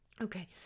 Okay